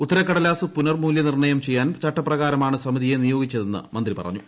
ഉത്തരകടലാസ് പുനർ മൂല്യനിർണ്ണയം ചെയ്യാൻ ചട്ടപ്രകാരമാണ് സമിതിയെ നിയോഗിച്ചതെന്ന് മന്ത്രി പറഞ്ഞു